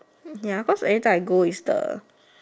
ya every time I go is the